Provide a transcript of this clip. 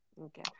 Okay